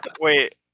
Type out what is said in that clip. Wait